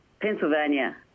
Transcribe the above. Pennsylvania